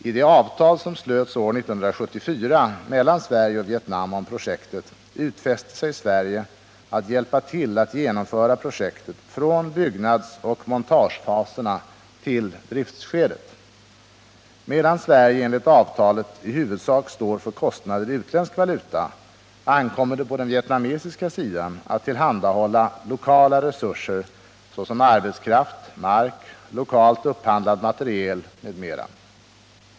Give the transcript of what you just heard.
I det avtal som slöts år 1974 mellan Sverige och Vietnam om projektet utfäste sig Sverige att hjälpa till att genomföra projektet från byggnadsoch montagefaserna till driftskedet. Medan Sverige enligt avtalet i huvudsak står för kostnader i utländsk valuta, ankommer det på den vietnamesiska sidan att tillhandahålla lokala resurser såsom arbetskraft, mark, lokalt upphandlad materiel m.m.